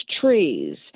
trees